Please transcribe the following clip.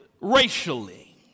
racially